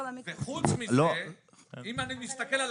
אם אני מסתכל על